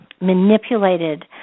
manipulated